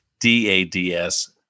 D-A-D-S